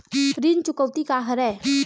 ऋण चुकौती का हरय?